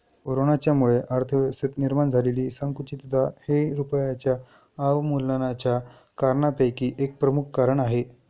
कोरोनाच्यामुळे अर्थव्यवस्थेत निर्माण झालेली संकुचितता हे रुपयाच्या अवमूल्यनाच्या कारणांपैकी एक प्रमुख कारण आहे